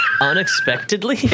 Unexpectedly